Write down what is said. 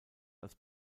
als